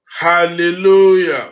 Hallelujah